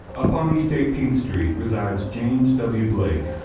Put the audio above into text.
up on east eighteenth street resides james w. blake,